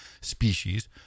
species